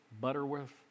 Butterworth